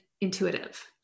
intuitive